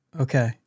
Okay